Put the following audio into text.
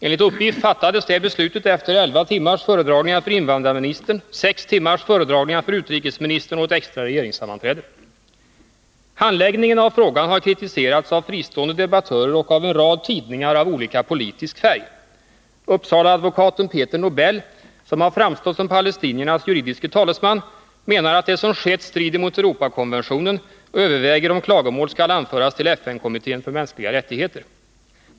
Enligt uppgift fattades det beslutet efter elva timmars föredragningar för invandrarministern, sex timmars föredragningar för utrikesministern och ett extra regeringssammanträde. Handläggningen av frågan har kritiserats av fristående debattörer och av en rad tidningar av olika politisk färg. Uppsalaadvokaten Peter Nobel, som har framstått som palestiniernas talesman, menar att det som skett strider mot Europakonventionen och överväger om klagomål skall anföras till FN-kommittén för mänskliga rättigheter.